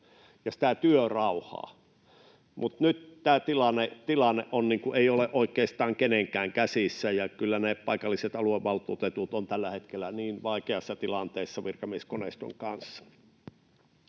tarvittu, mutta nyt tämä tilanne ei ole oikeastaan kenenkään käsissä, ja kyllä ne paikalliset aluevaltuutetut ovat tällä hetkellä niin vaikeassa tilanteessa virkamieskoneiston kanssa.